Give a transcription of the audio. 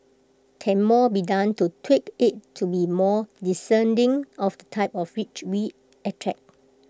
can more be done to tweak IT to be more discerning of the type of rich we attract